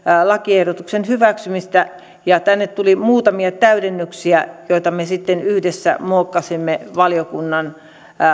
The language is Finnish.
lakiehdotuksen hyväksymistä ja tänne tuli muutamia täydennyksiä joita me sitten yhdessä muokkasimme valiokunnan